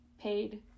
paid